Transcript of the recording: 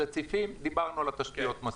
על רציפים דיברנו מספיק.